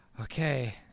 Okay